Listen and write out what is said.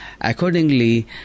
Accordingly